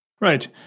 Right